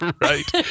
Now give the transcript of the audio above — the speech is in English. Right